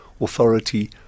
authority